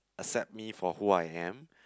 accept me for who I am